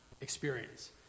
experience